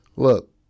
look